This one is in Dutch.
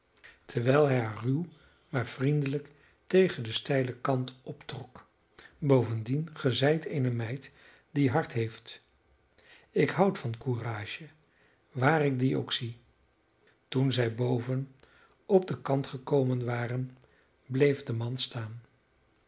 terwijl hij haar ruw maar vriendelijk tegen den steilen kant optrok bovendien ge zijt eene meid die hart heeft ik houd van courage waar ik dien ook zie toen zij boven op den kant gekomen waren bleef de man staan